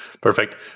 perfect